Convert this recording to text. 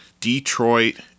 Detroit